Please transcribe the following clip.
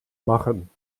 machen